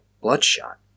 bloodshot